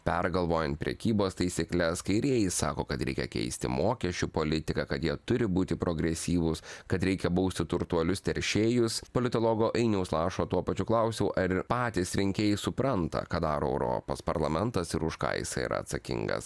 pergalvojant prekybos taisykles kairieji sako kad reikia keisti mokesčių politiką kad jie turi būti progresyvūs kad reikia bausti turtuolius teršėjus politologo ainiaus lašo tuo pačiu klausiau ar ir patys rinkėjai supranta ką daro europos parlamentas ir už ką jisai yra atsakingas